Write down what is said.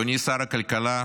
אדוני שר הכלכלה,